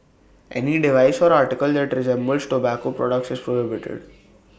any device or article that resembles tobacco products is prohibited